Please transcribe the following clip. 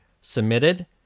submitted